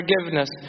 Forgiveness